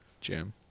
Jim